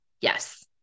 Yes